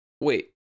wait